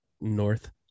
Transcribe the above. North